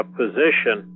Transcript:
position